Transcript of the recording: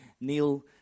Neil